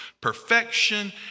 perfection